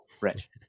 Rich